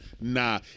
nah